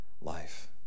life